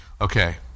Okay